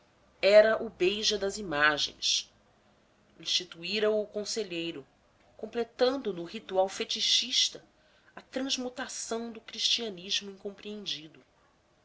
era o beija das imagens instituíra o o conselheiro completando no ritual fetichista a transmutação do cristianismo incompreendido